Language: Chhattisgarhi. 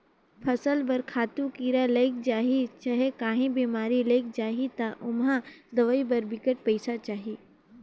फसल बर खातू, कीरा लइग जाही चहे काहीं बेमारी लइग जाही ता ओम्हां दवई बर बिकट पइसा चाही